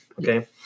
okay